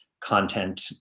content